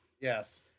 Yes